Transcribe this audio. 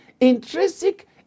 intrinsic